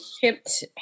chipped